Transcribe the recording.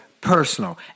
personal